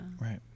Right